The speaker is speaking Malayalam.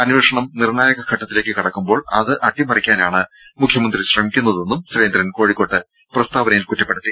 അന്വേഷണം നിർണ്ണായക ഘട്ടത്തിലേക്ക് കടക്കുമ്പോൾ അത് അട്ടിമറിക്കാനാണ് മുഖ്യമന്ത്രി ശ്രമിക്കുന്നതെന്നും സുരേന്ദ്രൻ കോഴിക്കോട്ട് പ്രസ്താവനയിൽ കുറ്റപ്പെടുത്തി